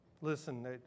Listen